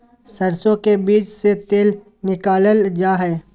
सरसो के बीज से तेल निकालल जा हई